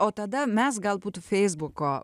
o tada mes galbūt feisbuko